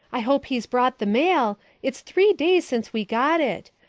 i hope he's brought the mail. it's three days since we got it.